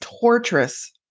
torturous